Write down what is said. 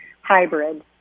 hybrid